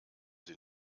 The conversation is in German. sie